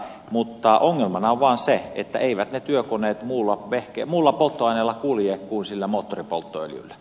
mutta ongelmana on vaan se että eivät ne työkoneet muulla polttoaineella kulje kuin sillä moottoripolttoöljyllä